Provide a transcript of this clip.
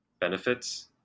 benefits